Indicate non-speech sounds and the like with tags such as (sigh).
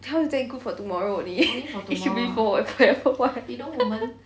how is that good for tomorrow only (laughs) it should be forever [what]